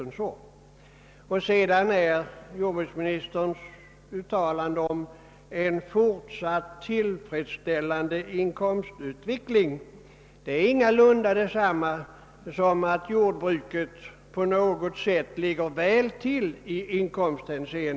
Vidare innebär jordbruksministerns uttalande om en fortsatt tillfredsställande inkomstutveckling ingalunda att jordbruket på något sätt ligger väl till i inkomsthänseende.